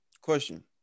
Question